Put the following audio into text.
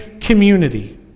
community